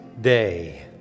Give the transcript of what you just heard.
day